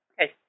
Okay